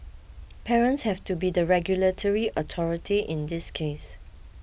parents have to be the regulatory authority in this case